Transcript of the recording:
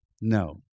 No